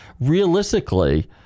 realistically